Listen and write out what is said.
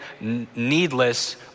needless